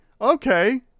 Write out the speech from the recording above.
okay